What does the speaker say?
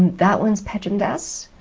that one's pejmdas.